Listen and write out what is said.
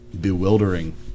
bewildering